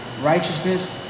righteousness